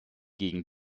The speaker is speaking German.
gegen